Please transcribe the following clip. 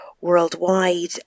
worldwide